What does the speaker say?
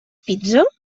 pizza